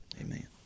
Amen